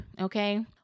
okay